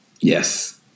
yes